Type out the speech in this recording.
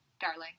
darling